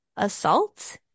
Assault